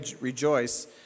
rejoice